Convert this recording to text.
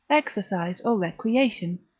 exercise recreation,